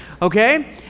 Okay